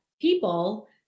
people